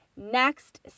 Next